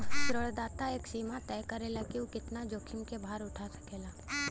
ऋणदाता एक सीमा तय करला कि उ कितना जोखिम क भार उठा सकेला